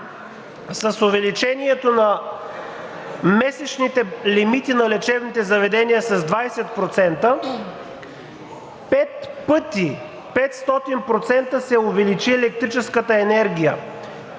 с увеличението на месечните лимити на лечебните заведения с 20%, пет пъти – 500% се увеличи електрическата енергия,